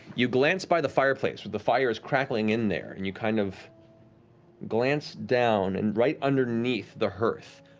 you glance by the fireplace, but the fire is crackling in there, and you kind of glance down and right underneath the hearth,